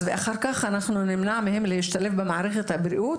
האם לאור כל זאת אנחנו נמנע מהם להשתלב במערכת הבריאות?